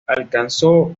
alcanzó